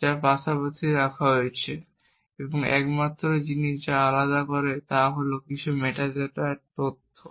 যা পাশাপাশি রাখা হয়েছে এবং একমাত্র জিনিস যা তাদের আলাদা করে তা হল কিছু মেটাডেটা তথ্য